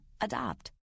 Adopt